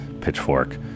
pitchfork